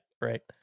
right